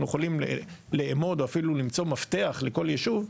יכולים לאמוד או אפילו למצוא מפתח לכל ישוב,